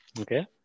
Okay